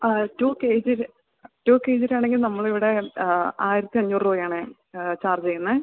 ആ two K ജിൽ two K ജിലാണെങ്കിൽ നമ്മൾ ഇവിടെ ആയിരത്തി അഞ്ഞൂറ് രൂപയാണ് ചാർജ് ചെയ്യുന്നത്